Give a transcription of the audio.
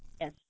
Yes